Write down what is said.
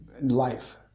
life